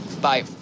bye